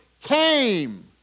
came